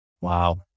wow